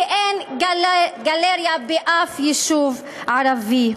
כי אין גלריה באף יישוב ערבי.